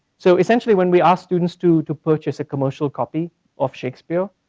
so essentially, when we ask students to to purchase a commercial copy of shakespeare,